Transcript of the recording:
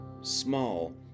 small